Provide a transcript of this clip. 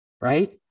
right